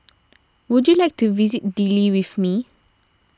would you like to visit Dili with me